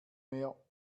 mehr